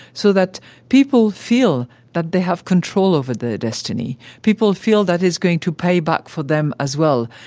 so that people feel that they have control over their destiny people feel that it's going to pay back for them as well,